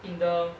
in the